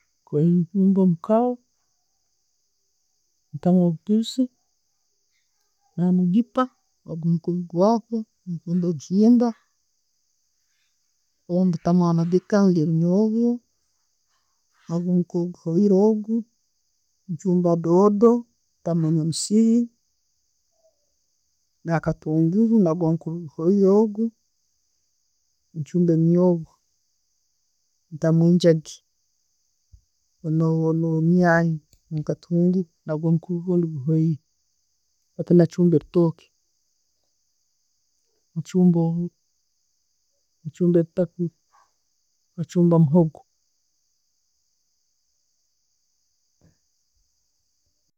Omukaho, ntaamu obutuuzi, na'magipa ogwo mukuubi gwako, ntemu ekihimba, orundi mbitekamu amagita rundi ebinyobwa, ogwo mukiibi guhoire ogwo. Nchumba doodo, ntamu no'musihi nakatunguru, nagwo omukubi guhoire ogwo. Nchumba ebinyobwa, ntamu enjagi, ne'nyanja, nakatunguru nagwo omukuubi gundi guhoire. Hati, nachumba ebitooke, ochumba obuuro, ochumba ebitakuuli, ochumba omuhoogo.